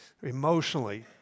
Emotionally